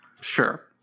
Sure